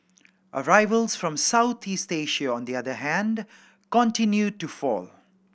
arrivals from Southeast Asia on the other hand continued to fall